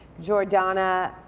jordana